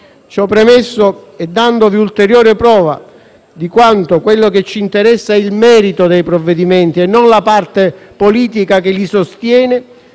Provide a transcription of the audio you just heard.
Ciò premesso, dandovi ulteriore prova di quanto quello che ci interessa è il merito dei provvedimenti e non la parte politica che li sostiene,